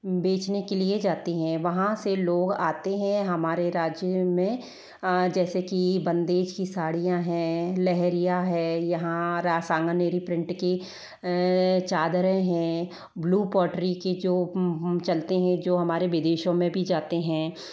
बेचने के लिए जाती हैं वहाँ से लोग आते हैं हमारे राज्य में जैसे की बंधेस की साड़ियाँ हैं लहरीया हैं यहाँ सांगानेरी प्रींट की चादरें हैं ब्लू पॉटरी के जो चलते हैं जो हमारे विदेशों में भी जाते है